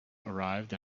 arrived